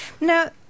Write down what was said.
Now